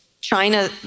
China